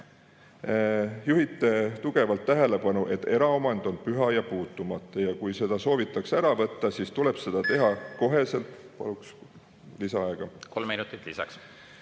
juhite tugevalt tähelepanu, et eraomand on püha ja puutumatu ning kui seda soovitakse ära võtta, siis tuleb seda teha koheselt … Palun lisaaega. Kolm minutit lisaks.